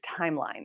timeline